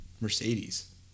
Mercedes